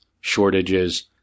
Shortages